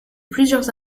plusieurs